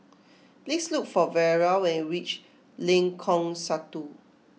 please look for Vera when you reach Lengkong Satu